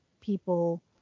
people